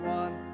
one